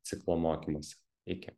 ciklo mokymuose iki